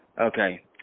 Okay